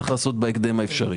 צריך לעשות בהקדם האפשרי.